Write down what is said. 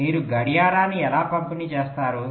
కాబట్టి మీరు గడియారాన్ని ఎలా పంపిణీ చేస్తారు